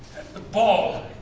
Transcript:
the ball,